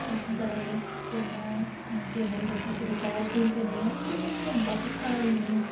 tuition पढ़ाइयै फिर में केह् बोलदे की थोह्ड़ी सैर सूर करनी आं ओह्दे बाद फिर में बापस घर आई ज'न्नी आं